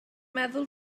meddwl